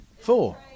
Four